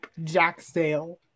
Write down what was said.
Jacksdale